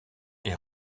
est